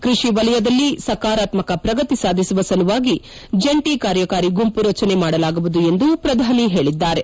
ಕೃಷಿ ವಲಯದಲ್ಲಿ ಸಕಾರಾತ್ಮಕ ಪ್ರಗತಿ ಸಾಧಿಸುವ ಸಲುವಾಗಿ ಜಂಟಿ ಕಾರ್ಯಕಾರಿ ಗುಂಪು ರಚನೆ ಮಾಡಲಾಗುವುದು ಎಂದು ಪ್ರಧಾನಿ ಹೇಳಿದ್ದಾರೆ